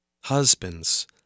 Husbands